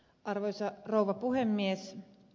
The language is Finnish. arvoisa rouva puhemies